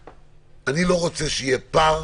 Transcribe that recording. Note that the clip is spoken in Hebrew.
אני לא רוצה שיהיה פער